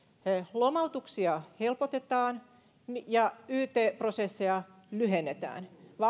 lomautuksia helpotetaan ja yt prosesseja lyhennetään